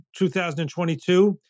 2022